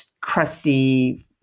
crusty